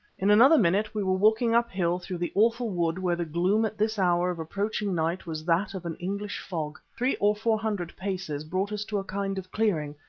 in another minute we were walking uphill through the awful wood where the gloom at this hour of approaching night was that of an english fog. three or four hundred paces brought us to a kind of clearing,